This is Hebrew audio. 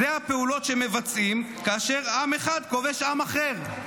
זה הפעולות שמבצעים כאשר עם אחד כובש עם אחר.